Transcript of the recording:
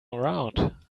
around